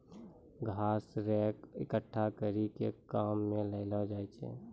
घास रेक एकठ्ठा करी के काम मे लैलो जाय छै